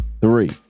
Three